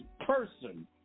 person